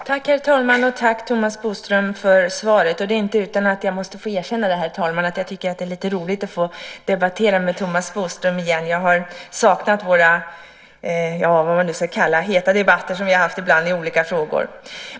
Herr talman! Tack, Thomas Bodström, för svaret! Det är inte utan att jag måste få erkänna, herr talman, att jag tycker att det är lite roligt att få debattera med Thomas Bodström igen. Jag har saknat de heta debatter som vi har haft ibland i olika frågor.